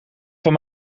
van